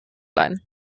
leiden